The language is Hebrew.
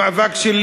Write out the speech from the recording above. המאבק שלי